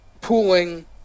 pooling